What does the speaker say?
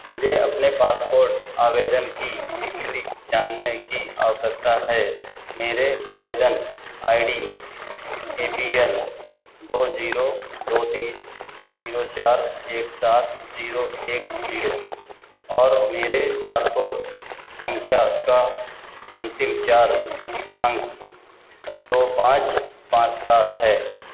मुझे अपने पासपोर्ट आवेदन की स्थिति जानने की आवश्यकता है मेरे आवेदन I D A P L दो जीरो दो तीन जीरो चार एक सात जीरो एक जीरो और मेरे पासपोर्ट संख्या का अन्तिम चार अंक दो पांच पांच सात है